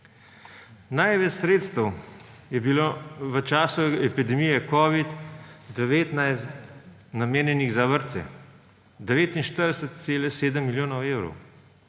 Največ sredstev je bilo v času epidemije covida namenjenih za vrtce, 49,7 milijonov evrov.